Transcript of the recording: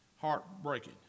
heartbreaking